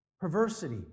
perversity